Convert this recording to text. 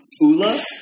Ula